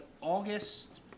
August